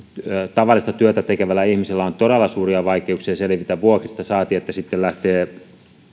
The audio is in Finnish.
tavallista työtä tekevällä ihmisellä on todella suuria vaikeuksia selvitä vuokrista saati että sitten lähtee